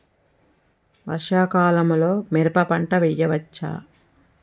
వర్షాకాలంలో మిరప పంట వేయవచ్చా?